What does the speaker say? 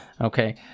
Okay